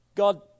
God